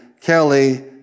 Kelly